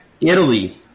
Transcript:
Italy